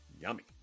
Yummy